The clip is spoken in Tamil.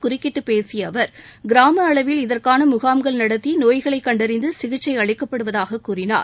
குறுக்கிட்டு பேசிய அவர் கிராம அளவில் இதற்கான முகாம்கள் நடத்தி நோய்களை கண்டறிந்து சிகிச்சை அளிக்கப்படுவதாகக் கூறினார்